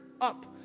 up